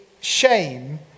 Shame